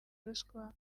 ruswa